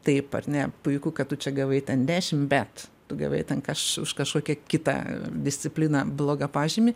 taip ar ne puiku kad tu čia gavai ten dešim bet tu gavai ten kaš už kažkokią kitą discipliną blogą pažymį